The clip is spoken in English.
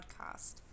Podcast